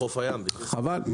חבל.